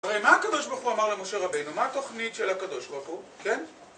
הרי מה הקדוש ברוך הוא אמר למשה רבינו? מה התוכנית של הקדוש ברוך הוא? כן?